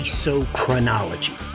Isochronology